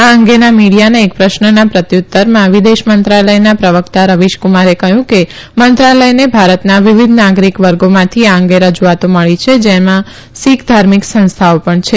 આ અંગેના મીડીયાના એક પ્રશ્નના પ્રત્યુત્તરમાં વિદેશ મંત્રાલયના પ્રવકતા રવીશ કુમારે કહ્યું કે મંત્રાલયને ભારતના વિવિધ નાગરીક વર્ગોમાંથી આ અંગે રજુઆતો મળી છે જેના સીખ ધાર્મિક સંસ્થાઓ ૈણ છે